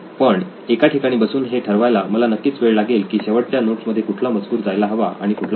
पण एका ठिकाणी बसून हे ठरवायला मला नक्कीच वेळ लागेल की शेवटच्या नोट्स मध्ये कुठला मजकूर जायला हवा आणि कुठला नाही